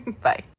Bye